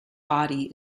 body